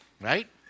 Right